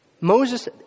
Moses